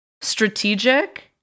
strategic